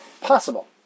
possible